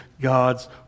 God's